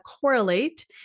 correlate